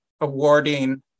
awarding